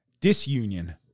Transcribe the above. disunion